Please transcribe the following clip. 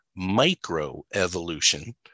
microevolution